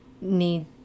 need